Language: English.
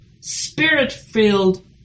Spirit-filled